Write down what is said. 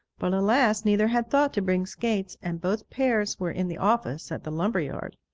but alas! neither had thought to bring skates, and both pairs were in the office at the lumber yard.